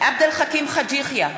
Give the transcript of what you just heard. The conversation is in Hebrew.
עבד אל חכים חאג' יחיא,